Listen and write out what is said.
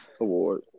award